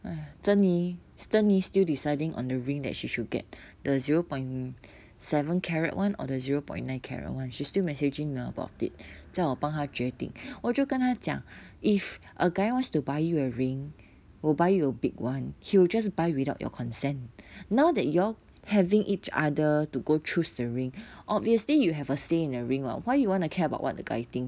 哎珍妮珍妮 still deciding on the ring that she should get the zero point seven one carat one or the zero point nine carat one she still messaging about it 叫我帮她决定我就跟他讲 if a guy wants to buy you a ring will buy you a big [one] he will just buy without your consent now that y'all having each other to go choose the ring obviously you have a say in the ring [what] why you want to care about what the guy think